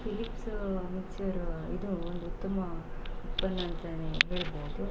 Philips mixer ಇದು ಒಂದು ಉತ್ತಮ ಉತ್ಪನ್ನ ಅಂತಲೇ ಹೇಳ್ಬೋದು